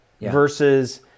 versus